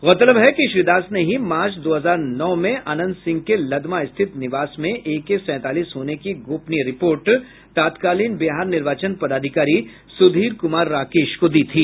गौरतलब है कि श्री दास ने ही मार्च दो हजार नौ में अनंत सिंह के लदमा स्थित निवास में एके सैंतालीस होने की गोपनीय रिपोर्ट तत्कालीन बिहार निर्वाचन पदाधिकारी सुधीर कुमार राकेश को दी थी